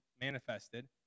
manifested